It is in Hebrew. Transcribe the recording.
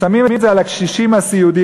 שמים את זה על הקשישים הסיעודיים.